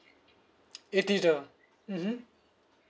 eighty the mmhmm